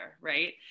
right